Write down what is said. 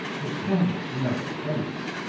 this kindness merits thanks.